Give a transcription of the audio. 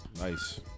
Nice